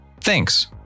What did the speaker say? Thanks